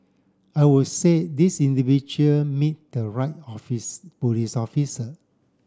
I would say this individual meet the right office police officer